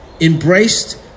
embraced